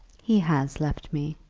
he has left me.